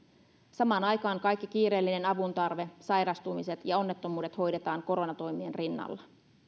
samaan aikaan kaikki kiireellinen avuntarve sairastumiset ja onnettomuudet hoidetaan koronatoimien rinnalla